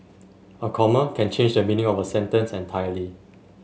a comma can change the meaning of a sentence entirely